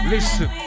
Listen